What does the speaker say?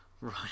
Right